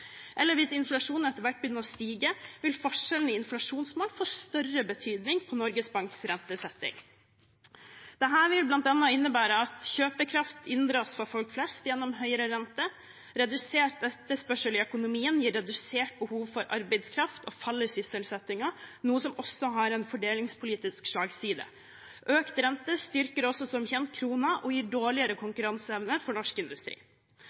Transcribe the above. eller hvis inflasjonen etter hvert begynner å stige, vil forskjellen i inflasjonsmål få større betydning for Norges Banks rentesetting. Dette vil bl.a. innebære at kjøpekraften inndras for folk flest, gjennom høyere rente. Redusert etterspørsel i økonomien gir redusert behov for arbeidskraft og fall i sysselsettingen, noe som også har en fordelingspolitisk slagside. Økt rente styrker også – som kjent – kronen og gir dårligere konkurranseevne for norsk industri.